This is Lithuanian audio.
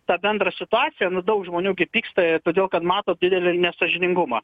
tą bendrą situaciją nu daug žmonių pyksta ir todėl kad mato didelį nesąžiningumą